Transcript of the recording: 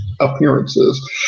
appearances